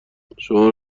شماره